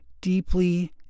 deeply